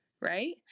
right